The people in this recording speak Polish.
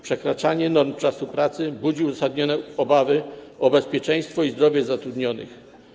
Przekraczanie norm czasu pracy budzi uzasadnione obawy o bezpieczeństwo i zdrowie zatrudnionych.